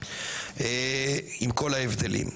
עם כל ההבדלים.